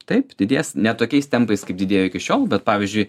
taip didės ne tokiais tempais kaip didėjo iki šiol bet pavyzdžiui